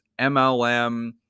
MLM